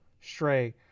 stray